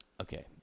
Okay